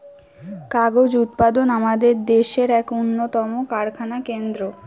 কাগজ উৎপাদন আমাদের দেশের এক উন্নতম কারখানা কেন্দ্র